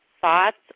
thoughts